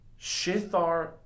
Shethar